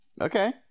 Okay